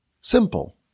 simple